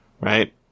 Right